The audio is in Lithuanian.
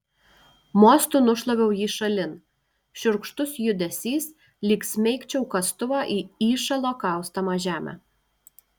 mostu nušlaviau jį šalin šiurkštus judesys lyg smeigčiau kastuvą į įšalo kaustomą žemę